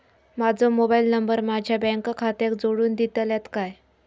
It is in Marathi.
माजो मोबाईल नंबर माझ्या बँक खात्याक जोडून दितल्यात काय?